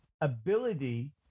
ability